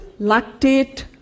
lactate